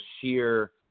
sheer